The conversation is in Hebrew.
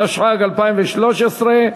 התשע"ג 2013,